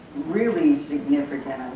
really significant,